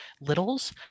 littles